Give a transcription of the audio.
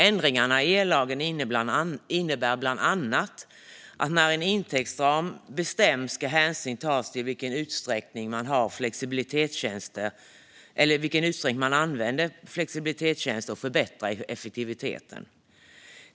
Ändringarna i ellagen innebär bland annat att när en intäktsram bestäms ska hänsyn tas till i vilken utsträckning man använder flexibilitetstjänster och förbättrar effektiviteten.